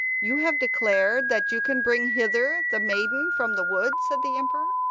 you have declared that you can bring hither the maiden from the wood said the emperor,